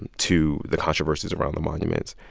and to the controversies around the monuments.